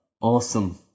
Awesome